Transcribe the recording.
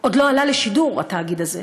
עוד לא עלה לשידור, התאגיד הזה,